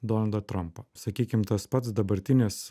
donaldą trampą sakykim tas pats dabartinis